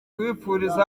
twifurije